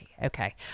Okay